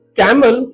camel